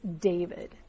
David